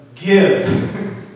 give